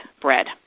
bread